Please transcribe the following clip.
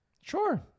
Sure